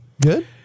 Good